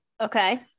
okay